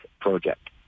project